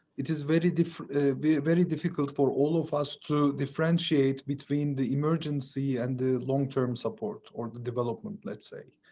it is very, very very difficult for all of us to differentiate between the emergency and the long term support or the development, let's say,